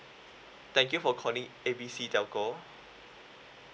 thank you for calling A B C telco